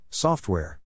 Software